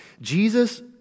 Jesus